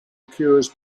cures